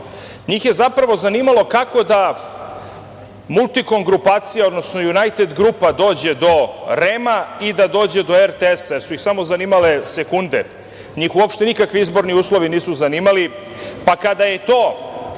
Njih je zapravo zanimalo kako da „Multikom“ grupacija, odnosno „Junajted grupa“ dođe do REM-a i do RTS-a, jer su ih samo zanimale sekunde. Njih uopšte nikakvi izborni uslovi nisu zanimali. Kada je to